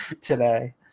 today